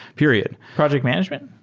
period project management?